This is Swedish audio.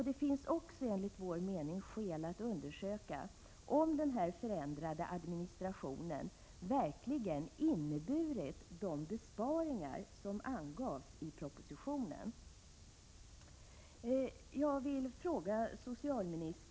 Det finns också enligt vår mening skäl att undersöka om den förändrade administrationen verkligen har inneburit de besparingar som angavs i propositionen.